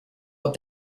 what